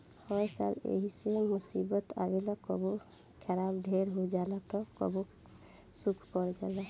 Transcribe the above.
हर साल ऐइसने मुसीबत आवेला कबो बरखा ढेर हो जाला त कबो सूखा पड़ जाला